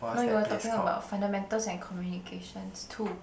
no you were talking about fundamentals and communications too